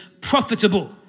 profitable